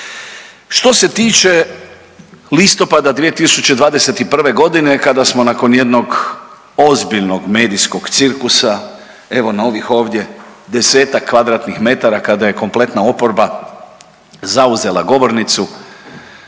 Što se tiče listopada 2021.g. kada smo nakon jednog ozbiljnog medijskog cirkusa evo novih ovdje desetak kvadratnih metara kada je kompletna oporba zauzela govornicu